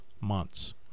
months